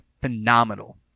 phenomenal